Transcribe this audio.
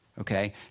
okay